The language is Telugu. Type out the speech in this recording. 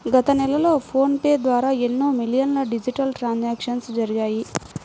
గత నెలలో ఫోన్ పే ద్వారా ఎన్నో మిలియన్ల డిజిటల్ ట్రాన్సాక్షన్స్ జరిగాయి